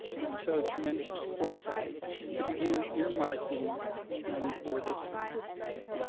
and showed tremendous foresight to begin earmarking money for this day,